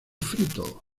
frito